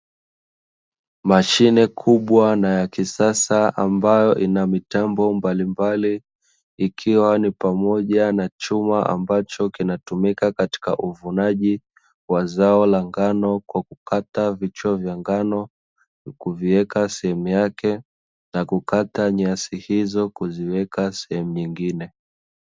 Mashine kubwa na ya kisasa ambayo ina mitambo mbalimbali, ikiwa ni pamoja na chuma ambacho kinatumika katika uvunaji, wa zao la ngano kwa kukata vichwa vya ngano, na kuviweka sehemu yake, na kukata nyasi hizo kuziweka sehemu nyingine.